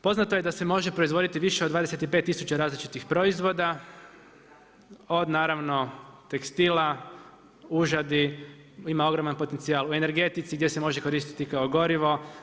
Poznato je da se može proizvoditi više od 25000 različitih proizvoda od naravno tekstila, užadi, ima ogroman potencijal u energetici gdje se može koristiti kao gorivo.